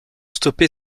stopper